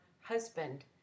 husband